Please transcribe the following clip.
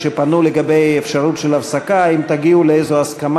נא להצביע.